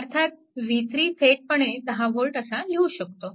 अर्थात v3 थेटपणे 10V असा लिहू शकतो